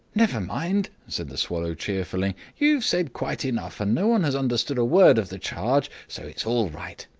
never mind, said the swallow cheerfully, you've said quite enough, and no one has understood a word of the charge, so it's all right.